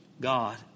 God